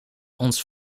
ons